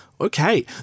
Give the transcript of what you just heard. Okay